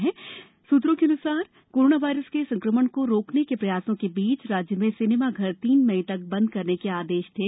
आधिकारिक सूत्रों के अन्सार कोरोना वायरस के संक्रमण को रोकने के प्रयासों के बीच राज्य में सिनेमाघर तीन मई तक बंद करने के आदेश थे